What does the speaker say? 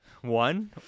One